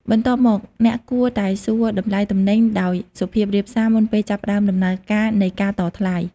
បន្ទាប់មក អ្នកគួរតែសួរតម្លៃទំនិញដោយសុភាពរាបសារមុនពេលចាប់ផ្តើមដំណើរការនៃការតថ្លៃ។